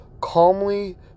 calmly